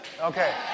Okay